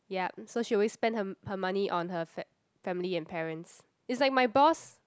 yup so she always spend her her money on her fa~ family and parents it's like my boss